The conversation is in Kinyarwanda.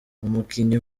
umukinnyi